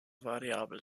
variabel